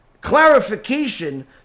clarification